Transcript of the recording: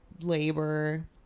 labor